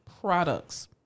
products